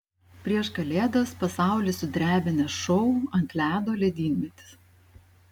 prieš kalėdas pasaulį sudrebinęs šou ant ledo ledynmetis